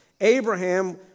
Abraham